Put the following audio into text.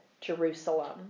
Jerusalem